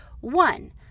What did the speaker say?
One